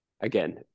again